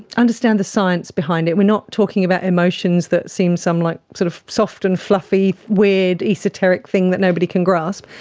understand the science behind it. we're not talking about emotions that seem like some like sort of soft and fluffy weird esoteric thing that nobody can grasp,